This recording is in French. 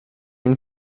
une